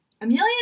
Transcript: Amelia